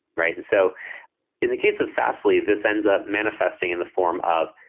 right? and so in the case of fastly, this ends up manifesting in the form of,